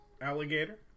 Alligator